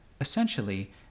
Essentially